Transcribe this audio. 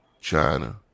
China